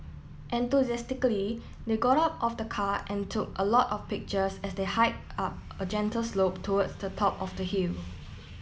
enthusiastically they got out of the car and took a lot of pictures as they hiked up a gentle slope towards the top of the hill